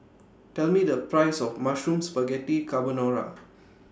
Tell Me The Price of Mushroom Spaghetti Carbonara